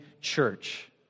church